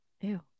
Ew